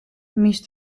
მის